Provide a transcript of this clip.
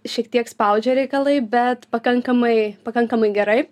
šiek tiek spaudžia reikalai bet pakankamai pakankamai gerai